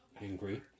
angry